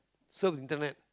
surf internet